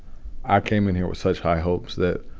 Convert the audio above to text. i came in here with such high hopes that